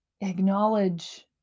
acknowledge